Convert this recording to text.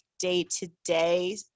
day-to-day